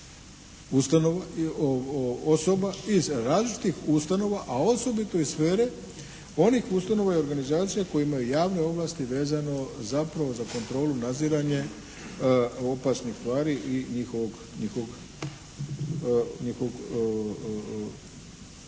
ustanova i osoba iz različitih ustanova a osobito iz sfere onih ustanova i organizacija koje imaju javne ovlasti vezano zapravo za kontrolu, nadziranje opasnih tvari i njihovog,